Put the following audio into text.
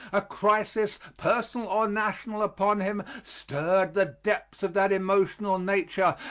a crisis, personal or national, upon him, stirred the depths of that emotional nature,